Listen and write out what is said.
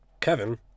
Kevin